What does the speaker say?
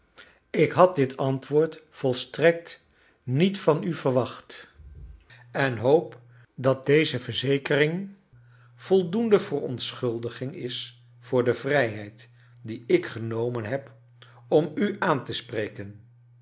ik had dit antwoord volstrekt niet van u verwacht en hoop dat deze verzekering voldoende verontschuldiging is voor de vrijheid die ik genomen heb om u aan te spreken